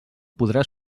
podrà